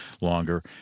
longer